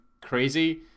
crazy